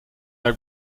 air